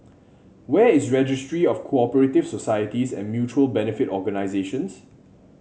where is Registry of Co operative Societies and Mutual Benefit Organisations